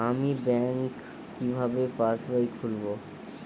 আমি ব্যাঙ্ক কিভাবে পাশবই খুলব?